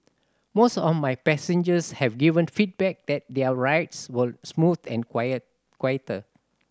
most of my passengers have given feedback that their rides were smooth and quiet quieter